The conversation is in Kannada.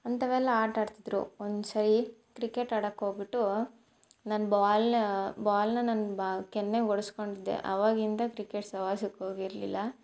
ಅಂಥವೆಲ್ಲ ಆಟಾಡ್ತಿದ್ದರು ಒಂದು ಸಲ ಕ್ರಿಕೆಟ್ ಆಡೋಕ್ ಹೋಗ್ಬಿಟ್ಟು ನಾನು ಬಾಲ್ ಬಾಲನ್ನು ನನ್ನ ಬಾ ಕೆನ್ನೆಗೆ ಹೊಡೆಸ್ಕೊಂಡಿದ್ದೆ ಅವಾಗಿಂದ ಕ್ರಿಕೆಟ್ ಸಹವಾಸಕ್ ಹೋಗಿರ್ಲಿಲ್ಲ